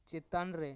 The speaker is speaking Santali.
ᱪᱮᱛᱟᱱᱨᱮ